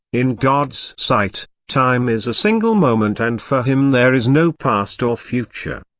in god's sight, time is a single moment and for him there is no past or future.